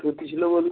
ধুতি ছিলো বলছ